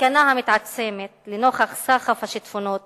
סכנה המתעצמת נוכח סחף השיטפונות